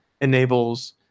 enables